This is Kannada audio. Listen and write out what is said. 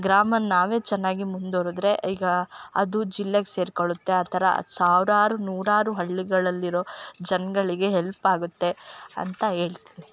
ಗ್ರಾಮ ನಾವೇ ಚೆನ್ನಾಗಿ ಮುಂದುವರುದ್ರೆ ಈಗ ಅದು ಜಿಲ್ಲೆಗೆ ಸೇರಿಕೊಳ್ಳುತ್ತೆ ಆ ಥರ ಸಾವಿರಾರು ನೂರಾರು ಹಳ್ಳಿಗಳಲ್ಲಿರೋ ಜನಗಳಿಗೆ ಹೆಲ್ಪ್ ಆಗುತ್ತೆ ಅಂತ ಏಳ್ತೀನಿ